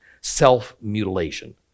self-mutilation